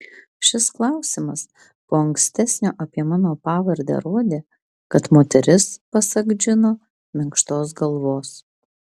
šis klausimas po ankstesnio apie mano pavardę rodė kad moteris pasak džino minkštos galvos